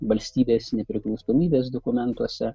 valstybės nepriklausomybės dokumentuose